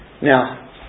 Now